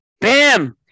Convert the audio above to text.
Bam